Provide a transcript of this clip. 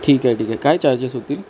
ठीक आहे ठीक आहे काय चार्जेस होतील